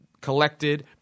collected